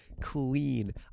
Clean